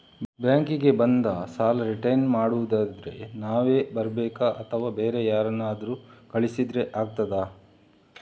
Bank ಗೆ ಬಂದು ಸಾಲ ರಿಟರ್ನ್ ಮಾಡುದಾದ್ರೆ ನಾವೇ ಬರ್ಬೇಕಾ ಅಥವಾ ಬೇರೆ ಯಾರನ್ನಾದ್ರೂ ಕಳಿಸಿದ್ರೆ ಆಗ್ತದಾ?